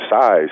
size